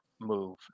move